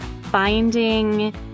finding